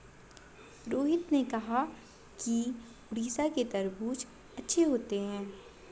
रोहित ने कहा कि उड़ीसा के तरबूज़ अच्छे होते हैं